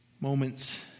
moments